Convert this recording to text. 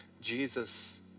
Jesus